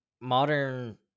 modern